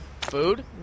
Food